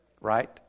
Right